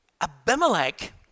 Abimelech